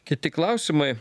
kiti klausimai